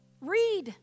Read